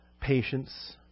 patience